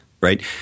Right